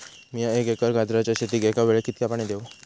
मीया एक एकर गाजराच्या शेतीक एका वेळेक कितक्या पाणी देव?